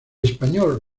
español